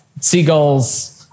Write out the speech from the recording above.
seagulls